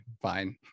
fine